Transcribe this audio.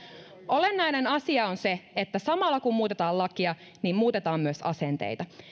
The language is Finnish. olennainen asia on se että samalla kun muutetaan lakia niin muutetaan myös asenteita